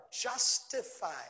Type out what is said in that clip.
justified